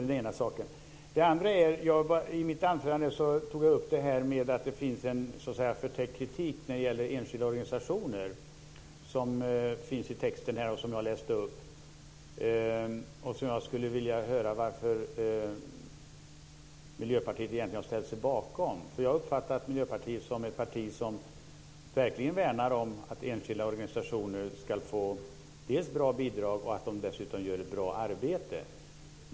Det andra är det som jag tog upp i mitt anförande om att det finns en förtäckt kritik när det gäller enskilda organisationer i texten här, som jag läste upp. Jag skulle vilja höra varför Miljöpartiet har ställt sig bakom det. Jag har uppfattat Miljöpartiet som ett parti som verkligen värnar om att enskilda organisationer ska få bra bidrag och som dessutom anser att de gör ett bra arbete.